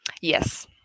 Yes